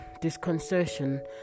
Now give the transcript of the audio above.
disconcertion